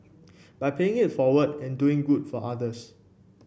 by paying it forward and doing good for others